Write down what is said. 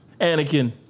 Anakin